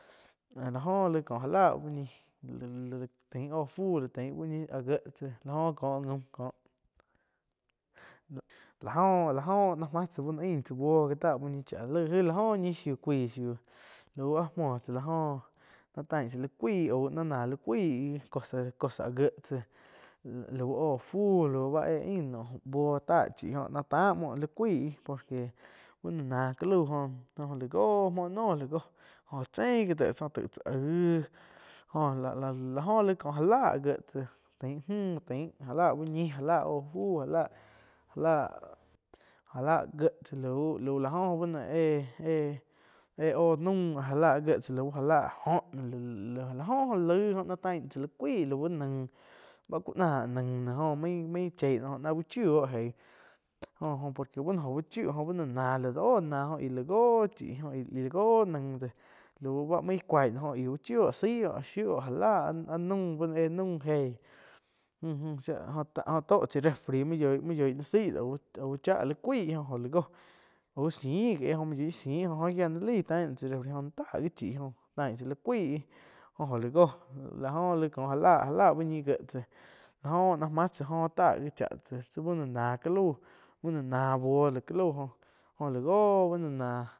Láh jo laih ko áh láh, tain óh fu úh ñih áh gie tsá lá oh ko gaum lá óh-la óh ná máh tsá buoh gi tá uh ñih cháh aig la oh ñih shiu pues laú áh muoh tsá la joh náh tain tsá ni cuái au, táh li cuaih cosa áh gieh tsáh lau oh fuh lau bá éh ain naum buoh tá chi oh náh táh muoh li cuai por que bá no náh ká lau jo oh la góh muoh noh la goh oh chein gi dhe taih tsá aig, jo- la jo laig ko áh la áh gie tsá tain mú tain já lah úh ñih já la óh fu já láh- ja láh gie tsáh lau-lau kó bu no éh, éh oh naum já láh áh gieh tsá já láh óho. La lai náh tain tsah ni cuaih lau naig báh ku náh naih goh main-main cheih no jo náh úh chiu oh jo-jo por que báh noh jo uh chiu náh la do nah jo láh goh chih lah go nain de lauh báh main cuai oh ih uh chio saih oh shiu oh já lá pah naum bá no éh naum geíh oh-oh tó chai refri maim yoi- maim yoi naih zaih doh auh cháh li cuaih joh oh la góh auh ziih gi éh, jo óh gia nain laih tauh chaíh refri tah gi chi oh tain tzá li cuaíh jo oh la goh láh jo laih ko já láh uh ñi gie tsáh láh oh náh máh tsá oh táh cha tsáh tsi báh no náh ca lau bu o no náh buo ca lau go la joh ba no náh.